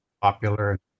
popular